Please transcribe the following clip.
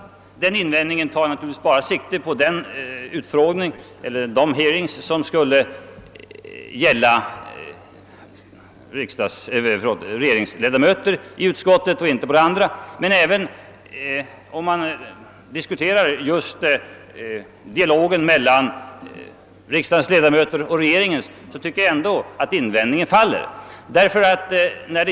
Men den invändningen tar bara sikte på de hearings som skulle gälla regeringsledamöterna i utskotten, inte på de andra. Men även i det avseendet tycker jag invändningen faller.